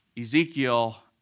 Ezekiel